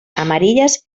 amarillas